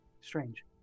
strange